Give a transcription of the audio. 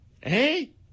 Hey